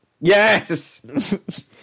Yes